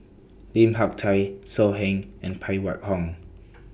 Lim Hak Tai So Heng and Phan Wait Hong